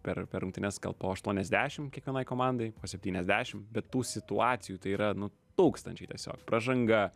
per per rungtynes gal po aštuoniasdešimt kiekvienai komandai po septyniasdešimt bet tų situacijų tai yra nu tūkstančiai tiesiog pražanga